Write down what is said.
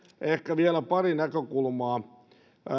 ehkä vielä pari näkökulmaa